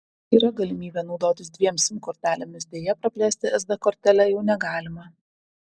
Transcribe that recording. yra galimybė naudotis dviem sim kortelėmis deja praplėsti sd kortele jau negalima